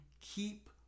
keep